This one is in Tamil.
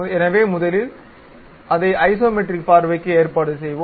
எனவே முதலில் அதை ஐசோமெட்ரிக் பார்வைக்கு ஏற்பாடு செய்வோம்